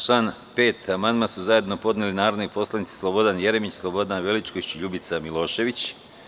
Na član 5. amandman su zajedno podneli narodni poslanici Slobodan Jeremić, Slobodan Veličković i Ljubica Milošević.